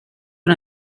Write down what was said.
den